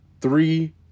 three